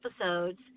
episodes